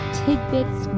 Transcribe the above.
tidbits